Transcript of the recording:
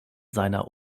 seiner